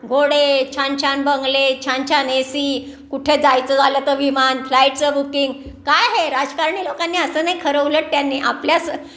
घोडे छान छान बंगले छान छान ए सी कुठे जायचं झालं तर विमान फ्लाईटचं बुकिंग काय हे राजकारणी लोकांनी असं नही खरं उलट त्यांनी आपल्याच